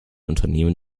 unternehmen